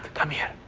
come here.